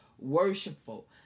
worshipful